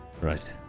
right